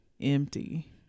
empty